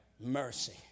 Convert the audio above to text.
Mercy